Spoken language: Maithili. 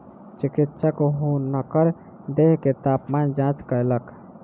चिकित्सक हुनकर देह के तापमान जांच कयलक